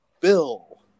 Bill